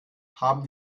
haben